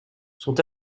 sont